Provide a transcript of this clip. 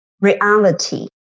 reality